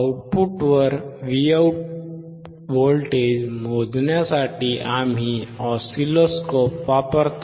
आउटपुटवर Vout voltage मोजण्यासाठी आम्ही ऑसिलोस्कोप वापरतो